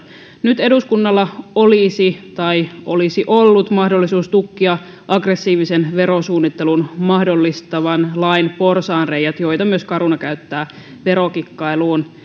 nyt eduskunnalla olisi tai olisi ollut mahdollisuus tukkia aggressiivisen verosuunnittelun mahdollistavan lain porsaanreiät joita myös caruna käyttää verokikkailuun